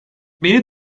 beni